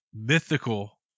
mythical